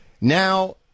Now